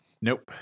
Nope